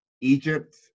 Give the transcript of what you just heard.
Egypt